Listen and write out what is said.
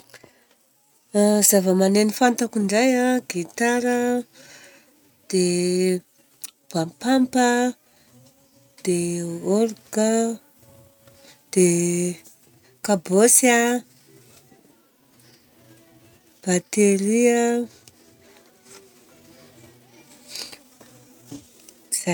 Zava-maneno fantatro indray an: gitara a, dia bapampa a, dia orga, dia kabôsy a, bateria a. Zay!